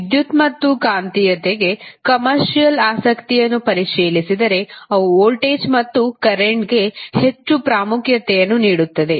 ವಿದ್ಯುತ್ ಮತ್ತು ಕಾಂತೀಯತೆಯ ಕಮರ್ಸಶಿಯಲ್ ಆಸಕ್ತಿಯನ್ನು ಪರಿಶೀಲಿಸಿದರೆ ಅವು ವೋಲ್ಟೇಜ್ ಮತ್ತು ಕರೆಂಟ್ಗೆ ಹೆಚ್ಚು ಪ್ರಾಮುಖ್ಯತೆಯನ್ನು ನೀಡುತ್ತದೆ